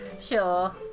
Sure